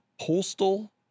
postal